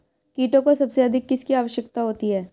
कीटों को सबसे अधिक किसकी आवश्यकता होती है?